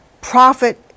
profit